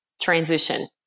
transition